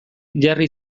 jarri